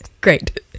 Great